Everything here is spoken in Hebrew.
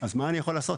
אז מה אני יכול לעשות.